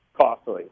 costly